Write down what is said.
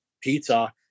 pizza